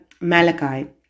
Malachi